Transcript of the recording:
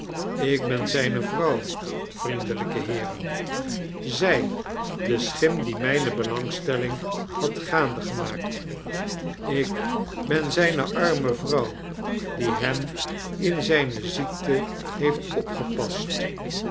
ik ben zyne vrouw vriendelyke heeren zy de schim die myne belangstelling hadgaandegemaaktf ik ben zyne arme vrouw die hem in zyne ziekte heeft opgepast